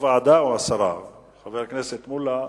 או ועדה או הסרה, חבר הכנסת מולה.